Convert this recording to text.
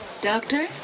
Doctor